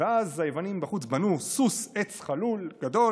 ואז היוונים בחוץ בנו סוס עץ חלול גדול